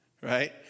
right